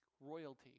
Royalty